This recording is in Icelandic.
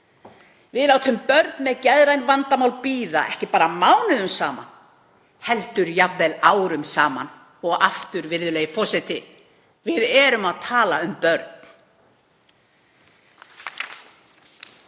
Við látum börn með geðræn vandamál bíða, ekki bara mánuðum heldur jafnvel árum saman. Og aftur, virðulegi forseti: Við erum að tala um börn.